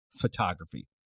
photography